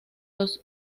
los